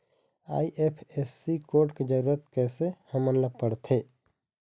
IFSC code के जरूरत कैसे हमन ला पड़थे?